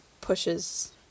pushes